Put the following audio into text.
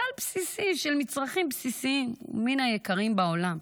סל בסיסי של מצרכים בסיסיים הוא מן היקרים בעולם.